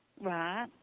right